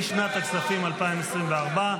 לשנת הכספים 2024,